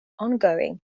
ongoing